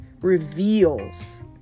reveals